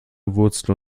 wurzel